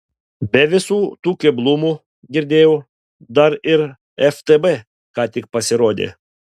be visų tų keblumų girdėjau dar ir ftb ką tik pasirodė